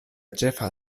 ĉefa